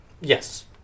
Yes